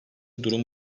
durum